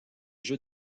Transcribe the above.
jeux